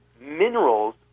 minerals